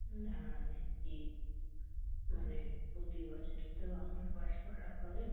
না দিদি মানে প্রতি বছরই তো আমার বাস ভাড়া করেন